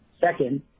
Second